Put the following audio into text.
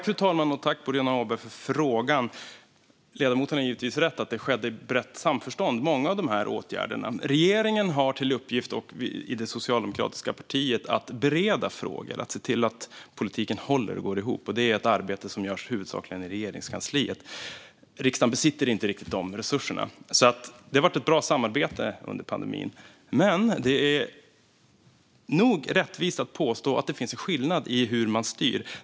Fru talman! Jag tackar Boriana Åberg för frågan. Ledamoten har givetvis rätt i att många av de här åtgärderna skedde i brett samförstånd. Regeringen och vi i det socialdemokratiska partiet har till uppgift att bereda frågor, att se till att politiken håller och går ihop. Det arbetet görs huvudsakligen i Regeringskansliet. Riksdagen besitter inte riktigt de resurserna. Det har varit ett bra samarbete under pandemin, men det är nog rättvist att påstå att det finns en skillnad i hur man styr.